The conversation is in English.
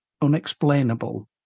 unexplainable